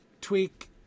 tweak